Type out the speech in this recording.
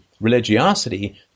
religiosity